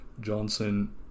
Johnson